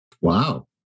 Wow